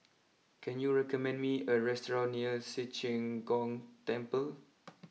can you recommend me a restaurant near Ci Zheng Gong Temple